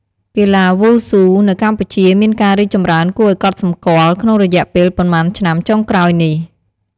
កីឡាវ៉ូស៊ូនៅកម្ពុជាមានការរីកចម្រើនគួរឲ្យកត់សម្គាល់ក្នុងរយៈពេលប៉ុន្មានឆ្នាំចុងក្រោយនេះ។